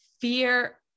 fear